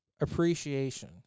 appreciation